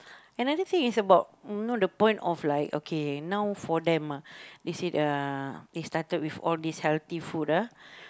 another thing is about you know the point of like okay now for them ah they said uh they started with all these healthy food ah